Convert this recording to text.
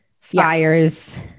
fires